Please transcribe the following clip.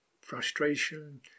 Frustration